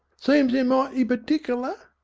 seems they're mighty pertickler.